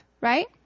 right